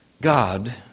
God